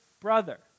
brother